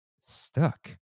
stuck